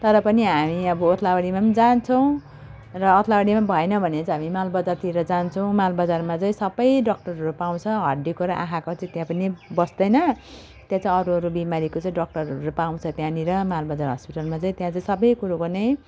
तर पनि हामी अब ओदलाबारीमा पनि जान्छौँ र ओदलाबारीमा भएन भने चाहिँ हामी मालबजारतिर जान्छौँ मालबजारमा चाहिँ सबै डक्टरहरू पाउँछ हड्डीको र आँखाको चाहिँ त्यहाँ पनि बस्दैन त्यहाँ चाहिँ अरू अरू बिमारीको चाहिँ डक्टरहरू पाउँछ त्यहाँनिर मालबजार हस्पिटलमा चाहिँ त्यहाँ चाहिँ सबै कुरोको नै